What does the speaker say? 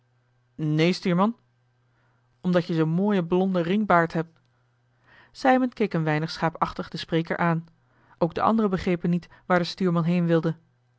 stuurman omdat je zoo'n mooien blonden ringbaard hebt sijmen keek een weinig schaapachtig den spreker aan ook de anderen begrepen niet waar de stuurman heen wilde